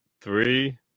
three